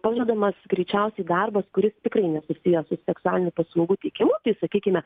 pažadamas greičiausiai darbas kuris tikrai nesusijęs su seksualinių paslaugų teikimu sakykime